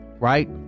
right